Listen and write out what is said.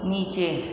નીચે